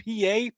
PA